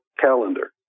calendar